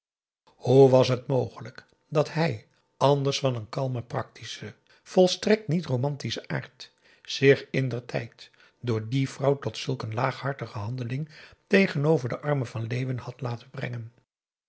hoe was het mogelijk dat hij anders van een kalmen practischen volstrekt niet romantischen aard zich indertijd door die vrouw tot zulk een laaghartige hanp a daum hoe hij raad van indië werd onder ps maurits deling tegenover den armen van leeuwen had laten brengen